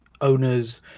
owners